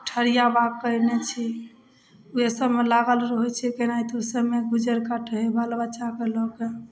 ठरिया बाग कैने छी उहे सबमे लागल रहै छी केनहैतो उसबमे गुजर काटै है बाल बच्चाके लऽ के